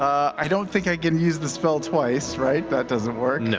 i don't think i can use the spell twice, right? that doesn't work.